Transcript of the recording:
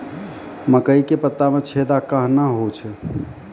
मकई के पत्ता मे छेदा कहना हु छ?